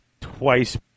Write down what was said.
twice